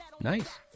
Nice